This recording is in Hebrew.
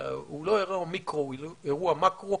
הוא לא אירוע מיקרו אלא אירוע מקרו,